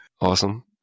Awesome